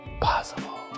possible